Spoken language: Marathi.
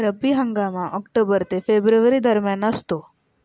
रब्बी हंगाम ऑक्टोबर ते फेब्रुवारी दरम्यान असतो